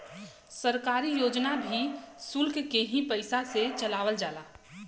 सरकारी योजना भी सुल्क के ही पइसा से चलावल जाला